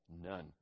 none